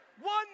One